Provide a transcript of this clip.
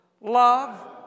Love